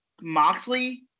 Moxley